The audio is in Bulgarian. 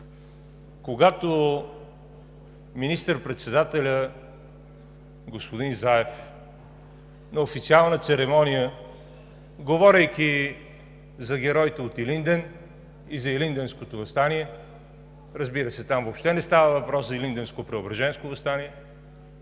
когато министър-председателят господин Заев на официална церемония, говорейки за героите от Илинден и за Илинденското въстание, разбира се, там въобще не става въпрос за Илинденско-Преображенското въстание,